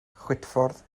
chwitffordd